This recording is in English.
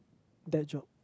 that job